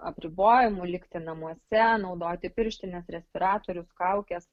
apribojimų likti namuose naudoti pirštines respiratorius kaukes